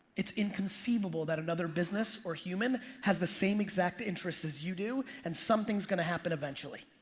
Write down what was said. it's inconceivable that another business or human has the same exact interest as you do and something's gonna happen eventually.